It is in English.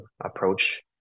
approach